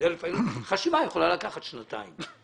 לפעמים חשיבה יכולה לקחת שנתיים.